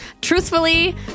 truthfully